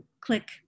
click